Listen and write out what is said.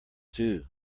due